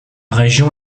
région